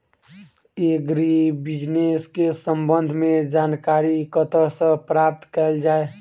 Agri business केँ संबंध मे जानकारी कतह सऽ प्राप्त कैल जाए?